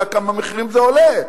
יודע כמה מחירים זה עולה.